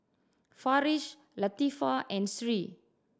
Farish Latifa and Sri